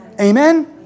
Amen